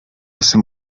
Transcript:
hace